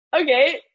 Okay